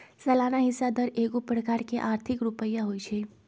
सलाना हिस्सा दर एगो प्रकार के आर्थिक रुपइया होइ छइ